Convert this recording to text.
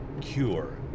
cure